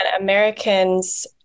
Americans